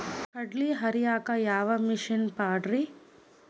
ಕಡ್ಲಿ ಹರಿಯಾಕ ಯಾವ ಮಿಷನ್ ಪಾಡ್ರೇ?